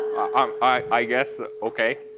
um i guess, okay.